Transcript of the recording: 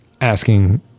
Asking